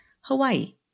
Hawaii